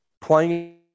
playing